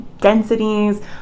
densities